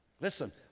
listen